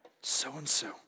so-and-so